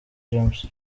james